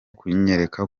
kunyereka